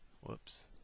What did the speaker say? whoops